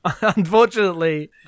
Unfortunately